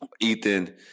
Ethan